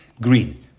green